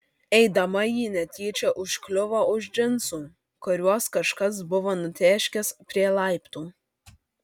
eidama ji netyčia užkliuvo už džinsų kuriuos kažkas buvo nutėškęs prie laiptų